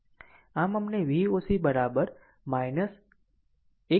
આમ અમને Voc 1